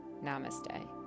namaste